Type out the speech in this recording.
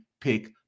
Pick